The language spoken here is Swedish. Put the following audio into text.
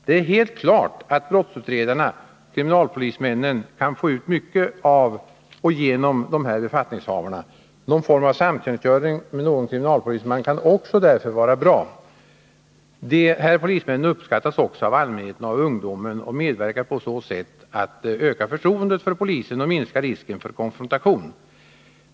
Det är helt klart att brottsutredarna — kriminalpolismännen — kan få ut mycket av och genom de här befattningshavarna. Någon form av samtjänstgöring med någon kriminalpolisman kan därför också vara bra. De här polismännen uppskattas också av allmänheten och av ungdomen och medverkar på så sätt till att öka förtroendet för polisen och minska risken för konfrontationer.